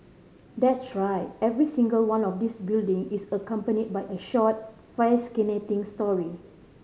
that's right every single one of these building is accompanied by a short fascinating story